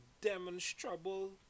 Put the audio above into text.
demonstrable